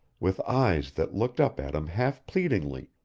with eyes that looked up at him half-pleadingly,